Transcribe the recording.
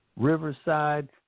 Riverside